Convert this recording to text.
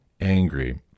angry